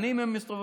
שנים הם מסתובבים.